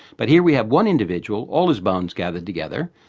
but here we have one individual, all his bones gathered together.